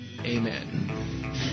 Amen